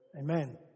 Amen